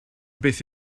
beth